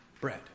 bread